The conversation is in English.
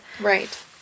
right